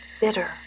bitter